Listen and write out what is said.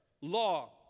law